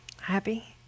Happy